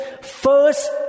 first